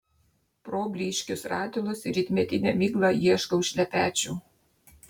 pro blyškius ratilus ir rytmetinę miglą ieškau šlepečių